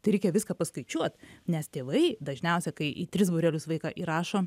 tai reikia viską paskaičiuot nes tėvai dažniausia kai į tris būrelius vaiką įrašo